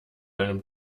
einem